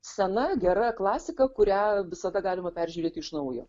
sena gera klasika kurią visada galima peržiūrėti iš naujo